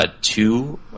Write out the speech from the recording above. Two